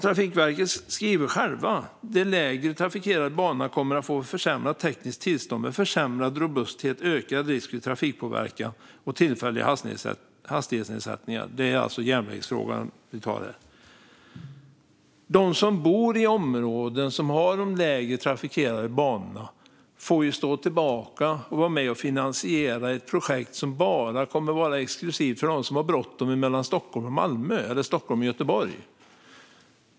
Trafikverket skriver själva att den mindre trafikerade banan kommer att få ett försämrat tekniskt tillstånd med försämrad robusthet, ökad risk för trafikpåverkan och tillfälliga hastighetsnedsättningar. Då är det alltså järnvägsfrågan vi talar om. De som bor i områden som har de lägre trafikerade banorna får ju stå tillbaka och vara med och finansiera ett projekt som kommer att vara exklusivt för dem som har bråttom mellan Stockholm och Malmö eller Stockholm och Göteborg.